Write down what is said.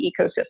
ecosystem